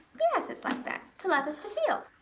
yes, it is like that. to love is to feel.